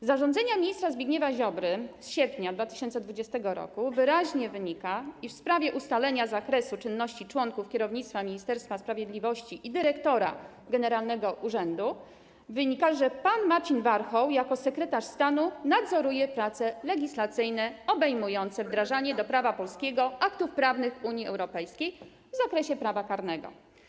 Z zarządzenia ministra Zbigniewa Ziobry z sierpnia 2020 r. wyraźnie wynika, iż w sprawie ustalenia zakresu czynności członków kierownictwa Ministerstwa Sprawiedliwości i dyrektora generalnego urzędu pan Marcin Warchoł jako sekretarz stanu nadzoruje prace legislacyjne obejmujące wdrażanie do prawa polskiego aktów prawnych Unii Europejskiej w zakresie prawa karnego.